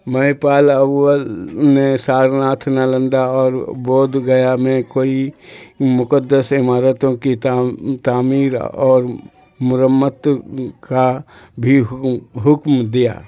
مہیپال اول نے سارناتھ نالندا اور بودھ گیا میں کوئی مقدس عمارتوں کی تعمیر اور مرمت کا بھی حکم دیا